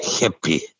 happy